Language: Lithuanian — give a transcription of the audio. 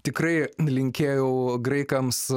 tikrai linkėjau graikams